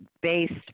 based